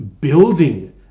building